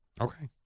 Okay